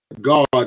God